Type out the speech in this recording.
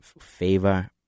Favor